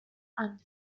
and